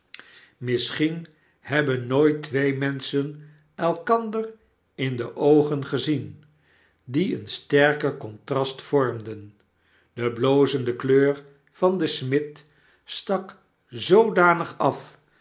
misschien hebben nooit twee menschen elkander in de oogen gezien die een sterker contrast vormden de blozende kleur van den smid stak zoodanig af